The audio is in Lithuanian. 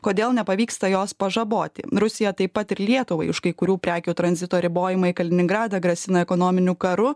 kodėl nepavyksta jos pažaboti rusija taip pat ir lietuvai už kai kurių prekių tranzito ribojimą į kaliningradą grasina ekonominiu karu